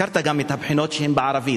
הזכרת גם את הבחינות שהן בערבית,